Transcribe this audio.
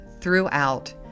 throughout